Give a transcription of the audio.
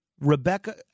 Rebecca